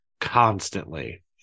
constantly